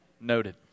noted